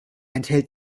enthält